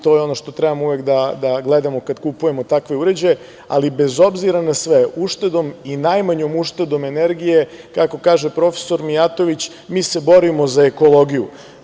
To je ono što treba uvek da gledamo kad kupujemo takve uređaje, ali bez obzira na sve, uštedom i najmanjom uštedom energije, kako kaže prof. Mijatović, mi se borimo za ekologiju.